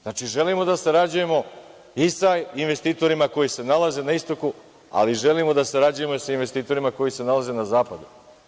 Znači, želimo da sarađujemo i sa investitorima koji se nalaze na istoku, ali želimo i da sarađujemo sa investitorima koji se nalaze na zapadu.